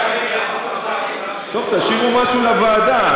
טוב, תשאירו משהו לוועדה.